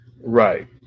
Right